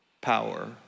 power